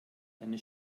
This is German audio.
eine